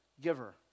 giver